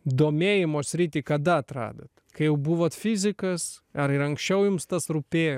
domėjimo sritį kada atradot kai jau buvot fizikas ar ir anksčiau jums tas rūpėjo